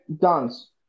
dance